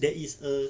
there is a